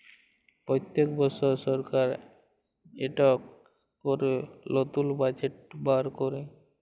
প্যত্তেক বসর সরকার ইকট ক্যরে লতুল বাজেট বাইর ক্যরে